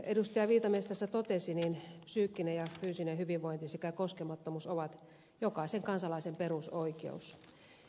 viitamies tässä totesi niin psyykkinen ja fyysinen hyvinvointi sekä koskemattomuus ovat jokaisen kansalaisen perusoikeus